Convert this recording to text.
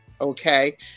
Okay